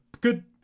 Good